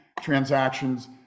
transactions